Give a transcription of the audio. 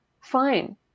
fine